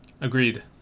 Agreed